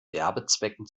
werbezwecken